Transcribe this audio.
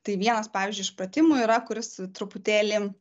tai vienas pavyzdžiui iš pratimų yra kuris truputėlį